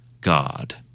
God